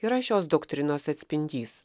yra šios doktrinos atspindys